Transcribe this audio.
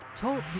Talk